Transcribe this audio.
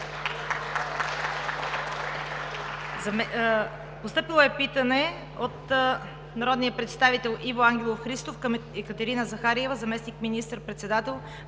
Постъпило е питане от народния представител Иво Ангелов Христов към Екатерина Захариева – заместник министър-председател